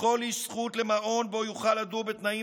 לכל איש זכות למעון שבו יוכל לדור בתנאים